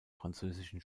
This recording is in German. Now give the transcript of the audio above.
französischen